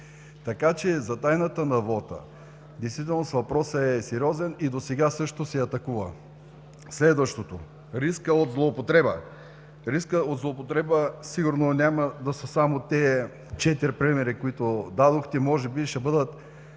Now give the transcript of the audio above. Така че за тайната на вота действително въпросът е сериозен и досега също се атакува. Следващото, рискът от злоупотреба. За риска от злоупотреба сигурно няма да са само тези 4 примера, които дадохте, а може би ще бъдат